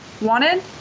wanted